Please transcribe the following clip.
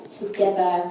together